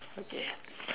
okay